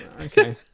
okay